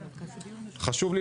חשוב לי